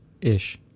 Ish